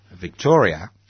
Victoria